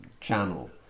channel